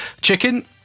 chicken